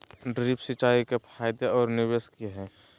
Drip सिंचाई के फायदे और निवेस कि हैय?